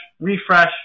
refresh